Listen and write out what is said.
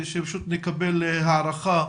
שנקבל הערכה.